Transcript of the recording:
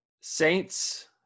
Saints